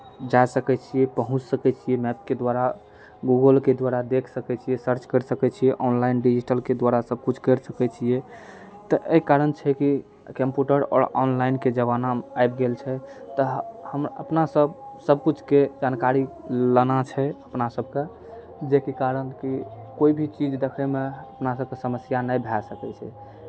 जा सकै छियै पहुँच सकै छियै मैपके द्वारा गूगलके द्वारा देख सकै छियै सर्च करि सकै छियै ऑनलाइन डिजिटलके द्वारा सभकिछु करि सकै छियै तऽ एहि कारण छै कि कम्प्यूटर आओर ऑनलाइनके जमाना आबि गेल छै तऽ हम अपनासभ सभकिछुके जानकारी लाना छै अपना सभकेँ जे कि कारण की कोइ भी चीज देखैमे अपना सभकेँ समस्या नहि भए सकै छै